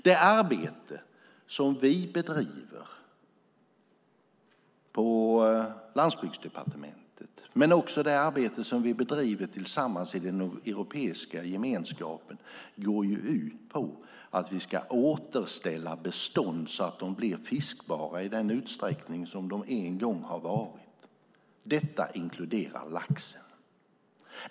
Det arbete som vi bedriver på Landsbygdsdepartementet men också det arbete vi bedriver tillsammans i den europeiska gemenskapen går ut på att vi ska återställa bestånd så att de blir fiskbara i den utsträckning som de en gång varit. Detta inkluderar laxen.